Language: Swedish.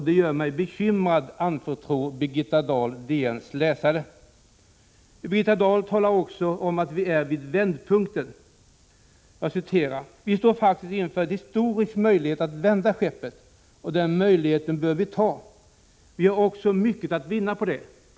Det gör mig bekymrad, säger Birgitta Dahl.” Birgitta Dahl talar också om att vi är vid vändpunkten: ”Vi står faktiskt inför en historisk möjlighet att vända det här skeppet och den möjligheten bör vi ta. Vi har så mycket att vinna på det.